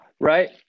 Right